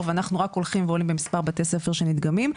ואנחנו רק הולכים ועולים במספר בתי הספר שנדגמים.